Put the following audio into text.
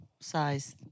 size